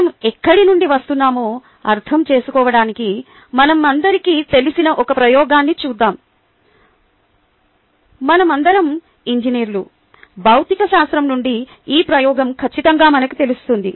మనం ఎక్కడి నుండి వస్తున్నామో అర్థం చేసుకోవడానికి మనందరికీ తెలిసిన ఒక ప్రయోగాన్ని చూద్దాం మనమందరం ఇంజనీర్లు భౌతికశాస్త్రం నుండి ఈ ప్రయోగం ఖచ్చితంగా మనకు తెలుస్తుంది